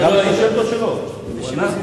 חבר הכנסת